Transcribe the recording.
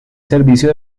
servicio